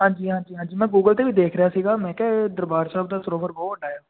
ਹਾਂਜੀ ਹਾਂਜੀ ਹਾਂਜੀ ਮੈਂ ਗੂਗਲ 'ਤੇ ਵੀ ਦੇਖ ਰਿਹਾ ਸੀਗਾ ਮੈਂ ਕਿਹਾ ਇਹ ਦਰਬਾਰ ਸਾਹਿਬ ਦਾ ਸਰੋਵਰ ਬਹੁਤ ਵੱਡਾ ਆ